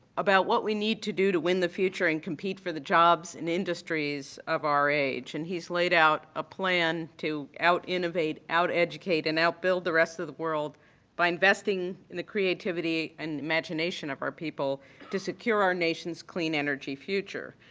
about what we need to do to win the future and compete for the jobs and industries of our age. and he's laid out a plan to out-innovate, out-educate and out-build the rest of the world by investing in the creativity and imagination of our people to secure our nation's clean energy future.